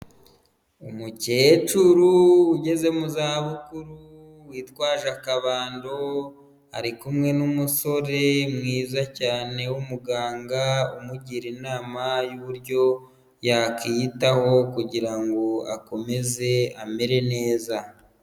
Umukecuru ugeze mu za bukuru witwaje akabando ari kumwe n'umusore mwiza cyane w'umuganga umugira inama y'uburyo yakwiyitaho kugira ngo akomeze amere neza.